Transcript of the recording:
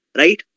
right